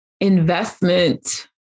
investment